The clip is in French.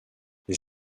les